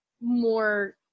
more